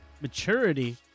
Maturity